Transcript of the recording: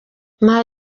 nta